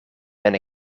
ben